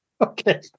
Okay